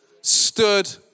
stood